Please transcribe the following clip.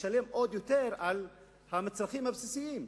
לשלם עוד יותר על המצרכים הבסיסיים.